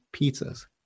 pizzas